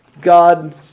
God